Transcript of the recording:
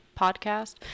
podcast